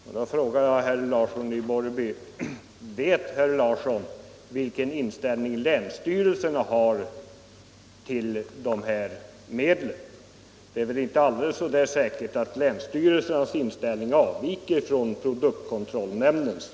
Spridning av Jag frågar herr Larsson i Borrby: Vet herr Larsson vilken inställning bekämpningsmedel länsstyrelserna har till detta medel? Det är väl inte så alldeles säkert = från luften att länsstyrelsernas inställning avviker från produktkontrollnämndens.